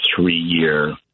three-year